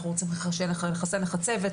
אנחנו רוצים לחסן לחצבת,